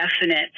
definite